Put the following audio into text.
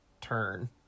turn